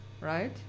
right